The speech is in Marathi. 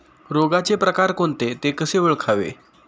रोगाचे प्रकार कोणते? ते कसे ओळखावे?